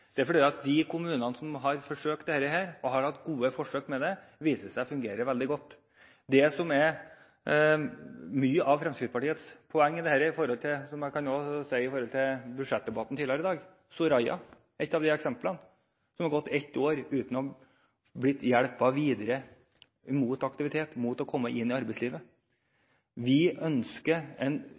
er fordi at i de kommunene som har forsøkt det og hatt gode forsøk med det, viser det seg å fungere veldig godt. Mye av Fremskrittspartiets poeng – som jeg også sa i et av eksemplene i budsjettdebatten tidligere i dag, om Soraya, som har gått ett år uten å ha blitt hjulpet videre mot aktivitet, mot å komme inn i arbeidslivet – er at vi ønsker en